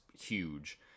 huge